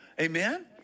Amen